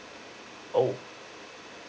oh